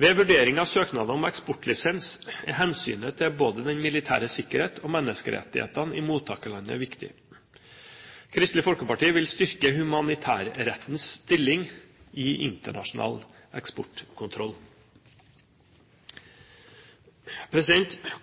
Ved vurdering av søknader om eksportlisens er hensynet til både den militære sikkerhet og menneskerettighetene i mottakerlandet viktig. Kristelig Folkeparti vil styrke humanitærrettens stilling i internasjonal eksportkontroll. Kristelig